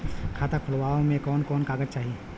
खाता खोलवावे में कवन कवन कागज चाही?